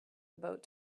about